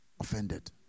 offended